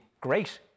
Great